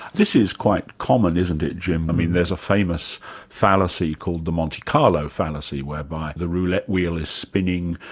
this is quite common, isn't it jim, i mean there's a famous fallacy called the monte carlo fallacy whereby the roulette wheel is spinning,